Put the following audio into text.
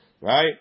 Right